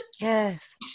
yes